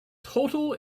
total